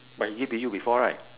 but he give be you before right